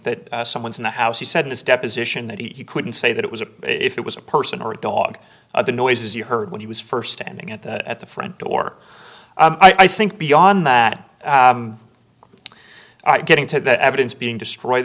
that someone's in the house he said in his deposition that he couldn't say that it was a if it was a person or a dog the noises you heard when he was first standing at the at the front door i think beyond that getting to the evidence being destroyed